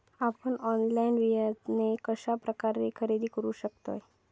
आपन ऑनलाइन बियाणे कश्या प्रकारे खरेदी करू शकतय?